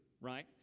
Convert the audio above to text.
Right